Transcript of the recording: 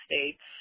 States